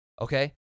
Okay